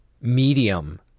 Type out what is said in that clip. medium